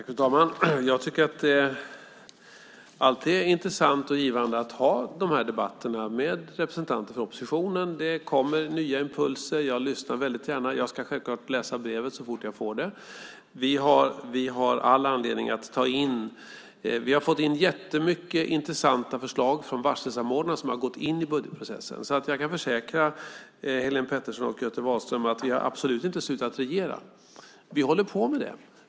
Fru talman! Jag tycker att det alltid är intressant och givande att ha de här debatterna med representanter för oppositionen. Det kommer nya impulser. Jag lyssnar väldigt gärna. Jag ska självfallet läsa brevet så fort jag får det. Vi har fått in jättemånga intressanta förslag från varselsamordnarna som har gått in i budgetprocessen. Jag kan försäkra Helene Petersson och Göte Wahlström om att vi absolut inte har slutat regera. Vi håller på med det.